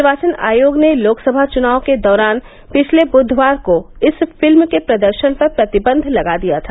निर्वाचन आयोग ने लोकसभा चुनाव के दौरान पिछले बुधवार को इस फिल्म के प्रदर्शन पर प्रतिबंध लगा दिया था